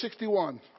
61